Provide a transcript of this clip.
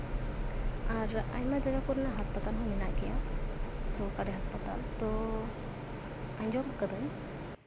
ᱟᱨ ᱟᱭᱢᱟ ᱡᱟᱭᱜᱟ ᱠᱚᱨᱮᱱᱟᱜ ᱦᱟᱥᱯᱟᱛᱟᱞ ᱠᱚᱦᱚᱸ ᱢᱮᱱᱟᱜ ᱜᱮᱭᱟ ᱥᱚᱨᱠᱟᱨᱤ ᱦᱟᱥᱯᱟᱛᱟᱞ ᱛᱳ ᱟᱸᱡᱚᱢ ᱠᱟᱹᱫᱟᱹᱧ